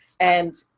and